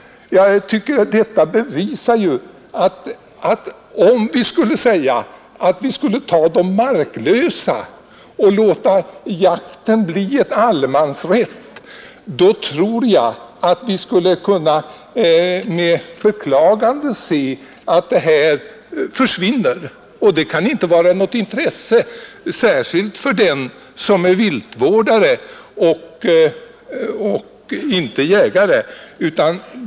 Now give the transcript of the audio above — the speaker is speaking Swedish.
Jag tycker att detta bevisar att om vi skulle se till de marklösa och låta rätten till jakt bli en allemansrätt, så skulle vi med beklagande konstatera att den lyckliga situation som vårt land har genom den stora älgtillgången skulle försvinna. Det kan inte vara i någons intresse, särskilt inte för den som är viltvårdare och inte bara jägare.